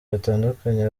batandukanye